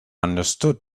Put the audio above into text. understood